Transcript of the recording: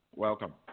Welcome